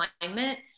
alignment